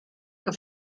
que